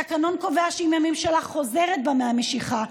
התקנון קובע שאם הממשלה חוזרת בה מהמשיכה,